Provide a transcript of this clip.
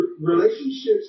Relationships